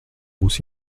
būs